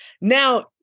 Now